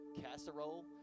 casserole